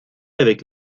avec